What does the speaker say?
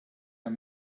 are